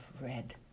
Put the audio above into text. red